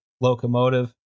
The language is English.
locomotive